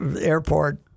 airport